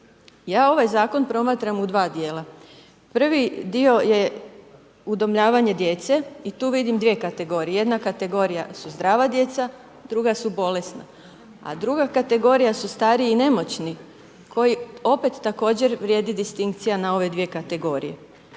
Ja ovaj zakon promatram u dva djela. Prvi dio je udomljavanje djece i tu vidim dvije kategorije, jedna kategorija su zdrava djeca, druga su bolesna. A druga kategorija su stari i nemoćni koji opet također vrijedi distinkcija na ove dvije kategorije.